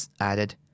added